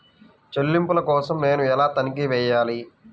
చెల్లింపుల కోసం నేను ఎలా తనిఖీ చేయాలి?